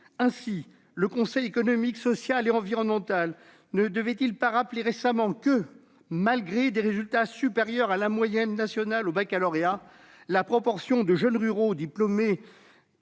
Ainsi, le Conseil économique, social et environnemental, a récemment rappelé que, malgré des résultats supérieurs à la moyenne nationale au baccalauréat, la proportion des jeunes ruraux qui